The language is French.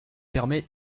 permet